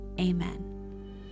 Amen